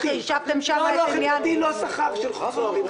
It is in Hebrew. חישבתם שם את הסכם הנכים,